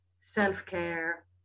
self-care